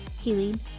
healing